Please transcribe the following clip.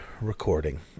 recording